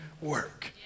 work